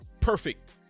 perfect